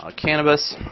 ah cannabis,